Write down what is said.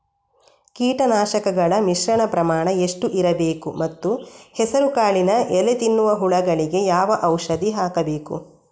ಕೀಟನಾಶಕಗಳ ಮಿಶ್ರಣ ಪ್ರಮಾಣ ಎಷ್ಟು ಇರಬೇಕು ಮತ್ತು ಹೆಸರುಕಾಳಿನ ಎಲೆ ತಿನ್ನುವ ಹುಳಗಳಿಗೆ ಯಾವ ಔಷಧಿ ಹಾಕಬೇಕು?